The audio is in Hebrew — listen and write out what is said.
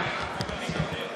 (קוראת בשמות חברי הכנסת)